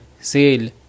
sale